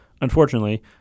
Unfortunately